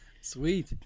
Sweet